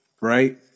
right